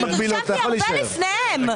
אני נרשמתי הרבה לפניהם,